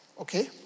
okay